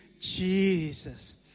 Jesus